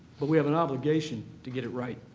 but we have an obligation to get it right.